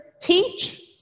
teach